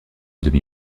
demi